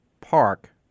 park